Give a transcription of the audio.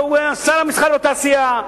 שר המסחר והתעשייה,